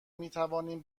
میتوانیم